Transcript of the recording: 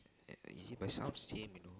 eh is it by some you know